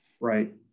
right